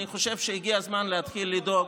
אני חושב שהגיע הזמן להתחיל לדאוג,